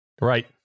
Right